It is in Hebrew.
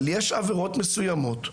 אבל יש עבירות מסויימות,